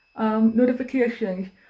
notifications